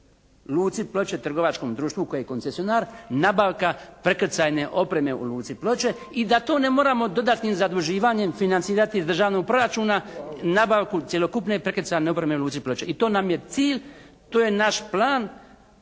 luci Ploče, trgovačkom društvu koje je koncesionar nabavka prekrcajne opreme u luci Ploče i da to ne moramo dodatnim zaduživanjem financirati iz Državnog proračuna nabavku cjelokupne prekrcajne opreme u luci Ploče. I to nam je cilj. To je naš plan